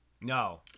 No